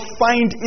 find